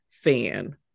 fan